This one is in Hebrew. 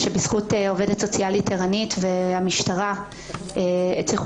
שבזכות עובדת סוציאלית ערנית והמשטרה הצליחו